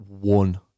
one